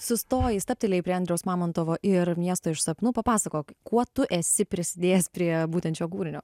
sustoji stabtelėjai prie andriaus mamontovo ir miesto iš sapnų papasakok kuo tu esi prisidėjęs prie būtent šio kūrinio